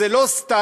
זה לא סתם.